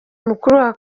mukuru